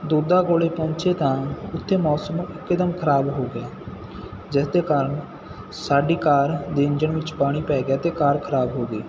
ਦੁਦਾ ਕੋਲ ਪਹੁੰਚੇ ਤਾਂ ਉੱਥੇ ਮੌਸਮ ਇਕਦਮ ਖਰਾਬ ਹੋ ਗਿਆ ਜਿਸ ਦੇ ਕਾਰਨ ਸਾਡੀ ਕਾਰ ਦੇ ਇੰਜਣ ਵਿੱਚ ਪਾਣੀ ਪੈ ਗਿਆ ਅਤੇ ਕਾਰ ਖਰਾਬ ਹੋ ਗਈ